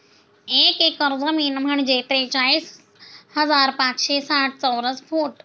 एक एकर जमीन म्हणजे त्रेचाळीस हजार पाचशे साठ चौरस फूट